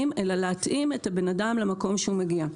אלא להתאים את הבן אדם למקום שהוא מגיע אליו.